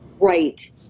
right